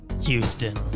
Houston